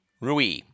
Rui